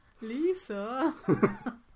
lisa